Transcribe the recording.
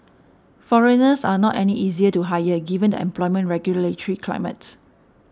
foreigners are not any easier to hire given the employment regulatory climate